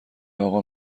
اقا